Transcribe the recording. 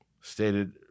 stated